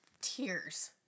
tears